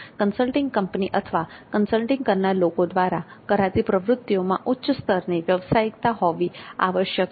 consulting company અથવા consulting કરનાર લોકો દ્વારા કરાતી પ્રવૃતિઓમાં ઉચ્ચ સ્તરની વ્યવસાયિકતા હોવી આવશ્યક છે